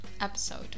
episode